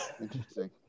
interesting